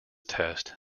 test